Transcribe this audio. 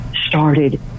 started